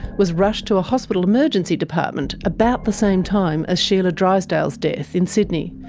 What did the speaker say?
was rushed to a hospital emergency department about the same time as sheila drysdale's death in sydney,